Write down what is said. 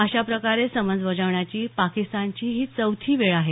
अशा प्रकारे समन्स बजावण्याची पाकिस्तानची ही चौथी वेळ आहे